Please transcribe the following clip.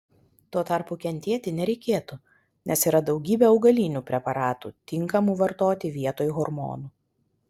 tuo tarpu kentėti nereikėtų nes yra daugybė augalinių preparatų tinkamų vartoti vietoj hormonų